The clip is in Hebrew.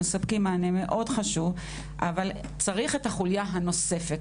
מספקים מענה מאוד חשוב אבל צריך את החוליה הנוספת.